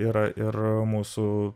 yra ir mūsų